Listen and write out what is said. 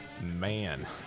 Man